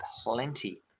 plenty